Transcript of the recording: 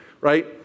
right